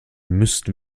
müssten